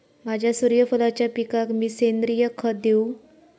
माझ्या सूर्यफुलाच्या पिकाक मी सेंद्रिय खत देवू?